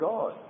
God